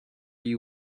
you